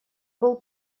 был